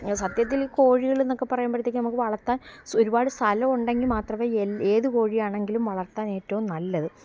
സത്യത്തിലീ കോഴികളെന്നൊക്കെ പറയുമ്പോഴത്തേക്കു നമുക്ക് വളർത്താന് സ് ഒരുപാട് സ്ഥലമുണ്ടെങ്കില് മാത്രമേ എല് ഏതു കോഴിയാണെങ്കിലും വളര്ത്താനേറ്റവും നല്ലത്